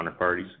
counterparties